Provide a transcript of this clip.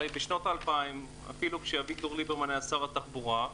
בשנות ה-2000 אפילו כשאביגדור ליברמן היה שר התחבורה,